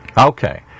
Okay